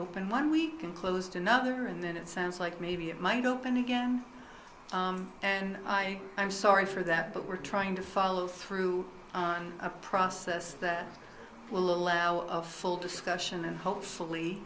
open one week and closed another and then it sounds like maybe it might open again and i am sorry for that but we're trying to follow through a process that will allow full discussion and hopefully